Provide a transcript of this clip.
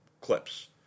clips